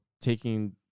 taking